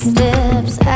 Steps